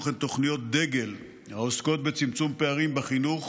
הן תוכניות דגל העוסקות בצמצום פערים בחינוך